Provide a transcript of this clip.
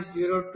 15p0